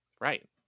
Right